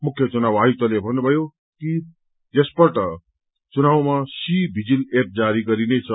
मुख्य चुनाव आयुक्तले भन्नुभयो कि यसपल्ट चुनावमा सी भिजिल एम जारी गरिनेछ